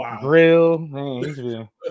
grill